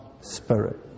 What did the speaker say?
spirit